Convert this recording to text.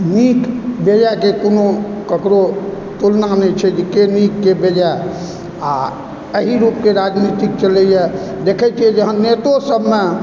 नीक बेजायके कोनो ककरो तुलना नहि छै जे कि नीक के बेजाय आओर अहि रुपके राजनीति चलैए देखै छियै जहन नेतो सबमे